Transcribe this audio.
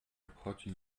obchodzi